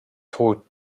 taught